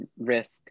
risk